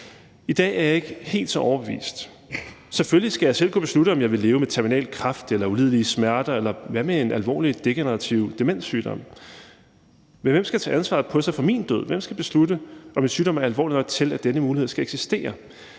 I dag er jeg ikke helt så overbevist. Selvfølgelig skal jeg selv kunne beslutte, om jeg vil leve med terminal kræft eller ulidelige smerter – eller hvad med en alvorlig degenerativ demenssygdom? Men hvem skal tage ansvaret på sig for min død, og hvem skal beslutte, om en sygdom er alvorlig nok til, at denne mulighed skal eksistere?